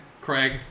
Craig